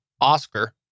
Oscar